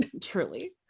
Truly